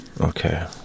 Okay